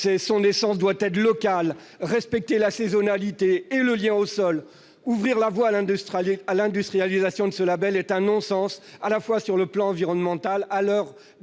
son essence -doit être local. Il doit respecter la saisonnalité et le lien au sol. Ouvrir la voie à l'industrialisation de ce label est un non-sens, à la fois sur le plan environnemental, à l'heure de l'urgence